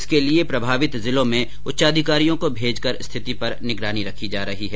इसके लिये प्रभावित जिलों में उच्चाधिकारियों को भेजकर स्थिति पर निगरानी रखी जा रही हैं